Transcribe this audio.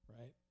right